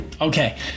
Okay